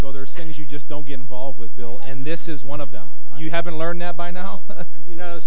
to go there since you just don't get involved with bill and this is one of them you haven't learned that by no